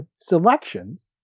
selections